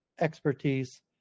expertise